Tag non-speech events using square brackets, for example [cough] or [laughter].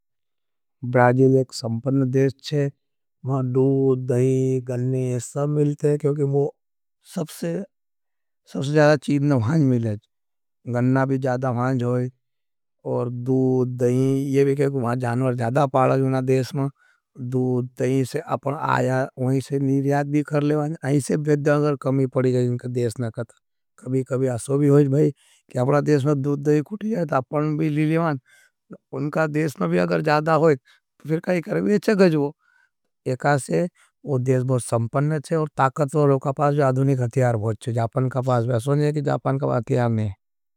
ब्राजिल एक संपन्द देश छे। महां दूद, दही, गन्नी ये सब मिलते हैं, क्योंकि वो सबसे [hesitation] सबसे ज़्यादा चीदन भाँज मिलेज। गन्ना भी ज़्यादा भाँज होई, और दूद, दही, ये भी कहते हैं। महां जानवर ज़्यादा पाड़ा जोना द उनका देश में भी अगर ज़्यादा होई, तो फिर काई करेंगे। इच्छे गज़वों, एकासे, वो देश बहुत संपन्द [hesitation] है चे। और ताकत वो लोगा पास बहुत अधुनिक अतियार होच चे, जापन का पास बहुत होच चे, जापन का पास अतियार नहीं है।